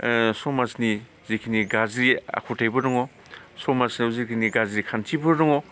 समाजनि जिखिनि गाज्रि आखुथायफोर दङ समाजाव जिखिनि गाज्रि खान्थिफोर दङ